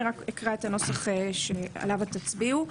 אני אקריא את הנוסח שעליו תצביעו: